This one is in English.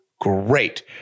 great